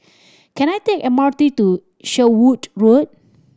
can I take the M R T to Sherwood Road